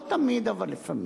לא תמיד, אבל לפעמים.